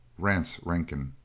rance rankin.